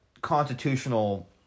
constitutional